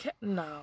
no